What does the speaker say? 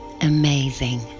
amazing